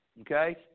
okay